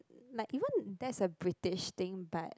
like even that's a British thing but